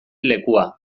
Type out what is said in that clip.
lekua